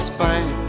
Spain